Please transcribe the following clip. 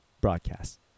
broadcast